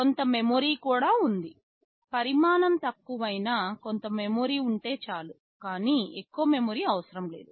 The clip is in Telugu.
కొంత మెమరీ కూడా ఉంది పరిమాణం తక్కువైనా కొంత మెమరీ ఉంటే చాలు కానీ ఎక్కువ మెమరీ అవసరము లేదు